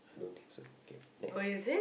I don't think so K next